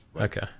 Okay